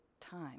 time